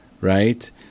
right